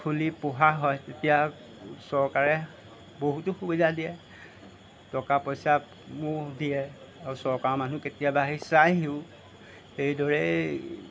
খুলি পোহা হয় তেতিয়া চৰকাৰে বহুতো সুবিধা দিয়ে টকা পইচাবোৰ দিয়ে আৰু চৰকাৰৰ মানুহ কেতিয়াবা আহি চাইহিও সেইদৰেই